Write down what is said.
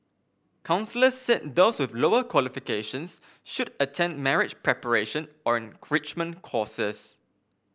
counsellors said those with lower qualifications should attend marriage preparation or enrichment courses